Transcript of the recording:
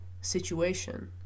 situation